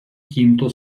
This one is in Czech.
tímto